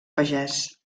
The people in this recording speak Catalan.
pagès